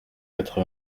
quatre